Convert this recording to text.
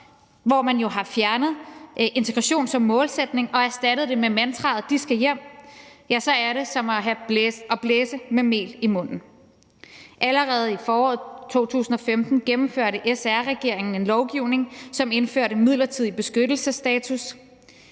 hvor man jo har fjernet integration som målsætning og erstattet det med mantraet »de skal hjem«, er som at blæse og have mel i munden. Allerede i foråret 2015 gennemførte SR-regeringen en lovgivning, som indførte midlertidig beskyttelsesstatus;